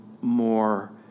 more